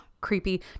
creepy